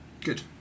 good